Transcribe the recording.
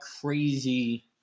crazy